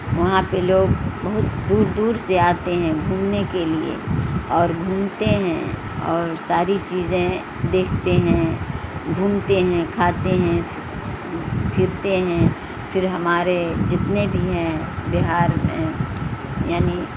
وہاں پہ لوگ بہت دور دور سے آتے ہیں گھومنے کے لیے اور گھومتے ہیں اور ساری چیزیں دیکھتے ہیں گھومتے ہیں کھاتے ہیں پھرتے ہیں پھر ہمارے جتنے بھی ہیں بہار میں یعنی